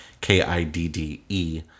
k-i-d-d-e